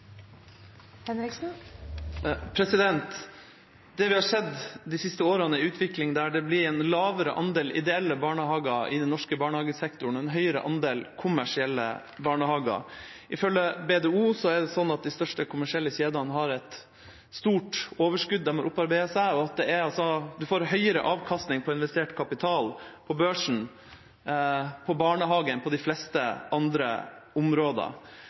utvikling der det har blitt en lavere andel ideelle barnehager i den norske barnehagesektoren og en høyere andel kommersielle barnehager. Ifølge BDO har de største kommersielle kjedene opparbeidet seg et stort overskudd, og man får høyere avkastning på investert kapital i barnehager enn på børsen og på de fleste andre områder.